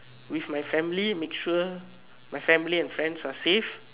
with my family make sure my family and friends are safe